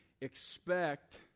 Expect